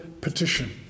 petition